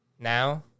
Now